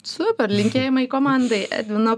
super linkėjimai komandai edvino